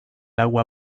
agua